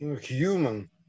human